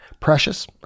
Precious